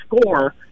score